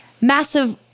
massive